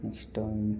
next